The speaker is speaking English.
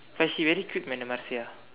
but she already quick when the Marsia